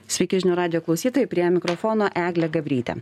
sveiki žinių radijo klausytojai prie mikrofono eglė gabrytė